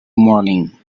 morning